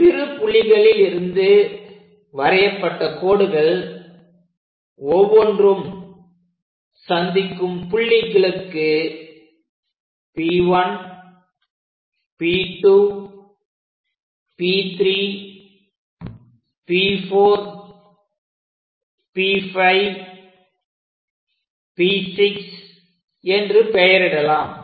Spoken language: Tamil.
இவ்விரு புள்ளிகளில் இருந்து வரையப்பட்ட கோடுகள் ஒவ்வொன்றும் சந்திக்கும் புள்ளிகளுக்கு P1P2P3P4P5P6 என்று பெயரிடலாம்